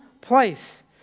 place